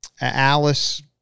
Alice